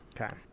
Okay